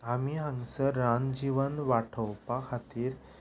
आमी हांगसर रानजिवन वाटोवपा खातीर